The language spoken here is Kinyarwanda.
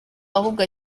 ahubwo